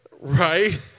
Right